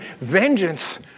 vengeance